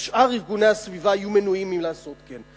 שאר ארגוני הסביבה יהיו מנועים מלעשות כן.